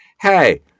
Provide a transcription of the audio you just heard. Hey